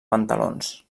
pantalons